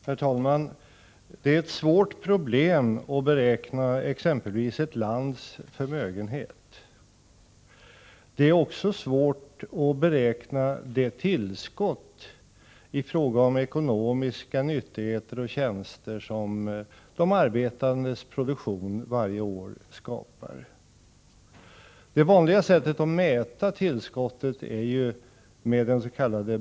Herr talman! Det är ett svårt problem att beräkna exempelvis ett lands förmögenhet. Det är också svårt att beräkna det tillskott i fråga om ekonomiska nyttigheter och tjänster som de arbetandes produktion varje år skapar. Det vanliga sättet att mäta tillskottet är ju med dens.k.